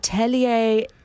Atelier